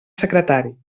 secretari